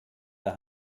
der